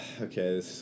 okay